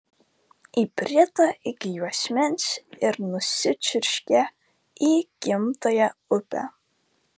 įbrido iki juosmens ir nusičiurškė į gimtąją upę